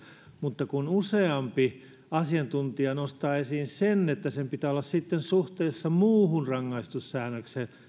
mutta useampi asiantuntija nosti esiin sen että sen pitää olla sitten suhteessa muihin rangaistussäännöksiin